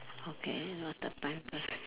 okay what's the time first